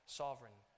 sovereign